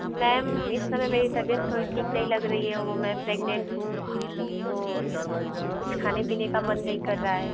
ma'am इस समय मेरी तबीयत थोड़ी ठीक नहीं लग रही हे वो मैं प्रेग्नन्ट हूँ तो कुछ खाने पीने का मन नहीं कर रहा है